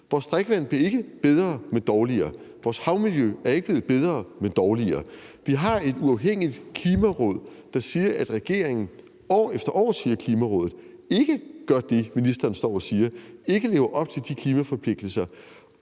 Vores drikkevand bliver ikke bedre, men dårligere. Vores havmiljø er ikke blevet bedre, men dårligere. Vi har et uafhængigt Klimaråd, der år efter år siger, at regeringen ikke gør det, ministeren står og siger, og at regeringen ikke lever op til de klimaforpligtelser.